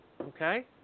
Okay